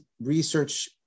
research